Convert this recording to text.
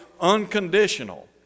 unconditional